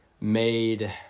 made